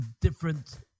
different